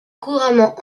couramment